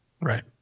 Right